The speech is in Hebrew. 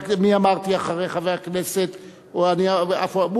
מי אמרתי אחרי חבר הכנסת עפו אגבאריה?